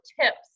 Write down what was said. tips